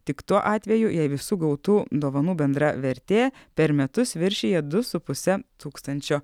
tik tuo atveju jei visų gautų dovanų bendra vertė per metus viršija du su puse tūkstančio